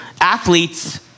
Athletes